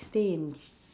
stay in